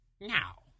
Now